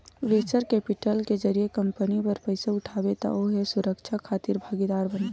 venture capital के जरिए company बर पइसा उठाबे त ओ ह सुरक्छा खातिर भागीदार बनथे